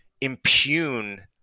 impugn